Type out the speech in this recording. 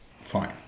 Fine